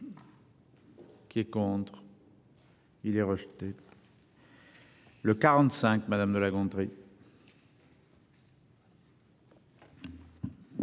Qui est contre. Il est rejeté. Le 45. Madame de La Gontrie.